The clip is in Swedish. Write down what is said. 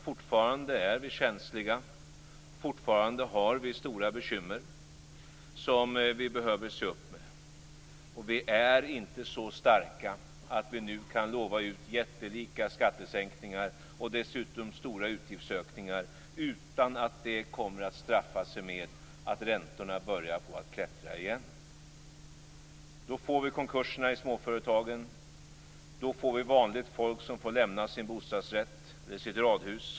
Fortfarande är vi känsliga och fortfarande har vi stora bekymmer som vi behöver se upp med.